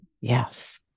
Yes